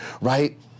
right